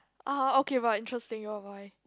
uh okay but interesting bye bye